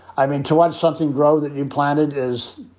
i mean, to watch something grow that you planted is